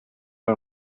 era